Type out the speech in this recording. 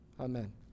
Amen